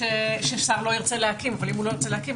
התעוררה שאלה ששר לא ירצה להקים אבל אם הוא לא ירצה להקים,